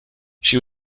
she